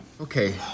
Okay